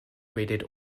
rated